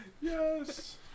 Yes